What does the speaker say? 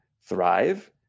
thrive